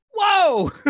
whoa